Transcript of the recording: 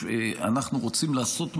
אנחנו רוצים לעשות מהלך,